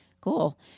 Cool